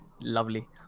lovely